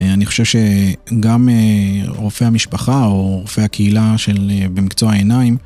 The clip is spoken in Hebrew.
אני חושב שגם רופאי המשפחה או רופאי הקהילה במקצוע העיניים